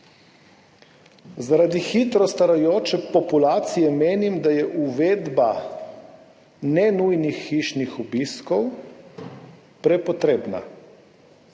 Zaradi hitro starajoče populacije menim, da je uvedba ne nujnih hišnih obiskov prepotrebna.